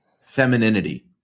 femininity